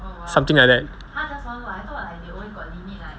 something like that